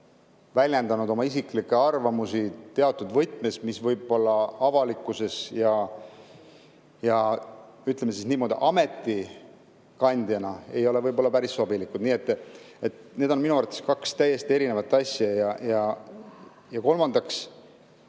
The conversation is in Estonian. väljendanud oma isiklikke arvamusi teatud võtmes, mida võib-olla avalikkuse ees ja, ütleme siis niimoodi, ametikandjana ei ole päris sobilik öelda. Need on minu arvates kaks täiesti erinevat asja. Ja kolmandaks,